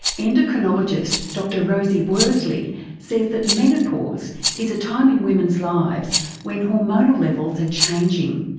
endocrinologist dr rosie worsley says that menopause is a time in women's lives when hormonal levels are changing,